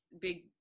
big